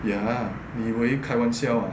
ya 你以为开玩笑 ah